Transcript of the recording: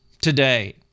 Today